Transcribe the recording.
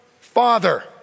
father